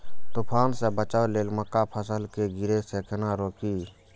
तुफान से बचाव लेल मक्का फसल के गिरे से केना रोकी?